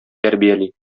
тәрбияли